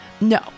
No